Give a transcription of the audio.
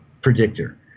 predictor